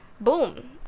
boom